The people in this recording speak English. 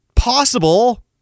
possible